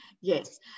Yes